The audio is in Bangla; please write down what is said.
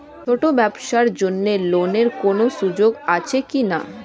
ছোট ব্যবসার জন্য ঋণ এর কোন সুযোগ আছে কি না?